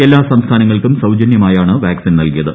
എല്ലാ സംസ്ഥാനങ്ങൾക്കും സൌജന്യമായാണ് വാക്സിൻ നൽകിയത്